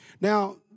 Now